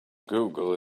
google